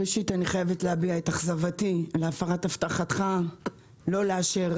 ראשית אני חייבת להביע את אכזבתי מהפרת הבטחתך לא לאשר